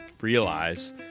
realize